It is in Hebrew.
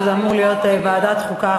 שזה אמור להיות ועדת חוקה,